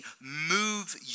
move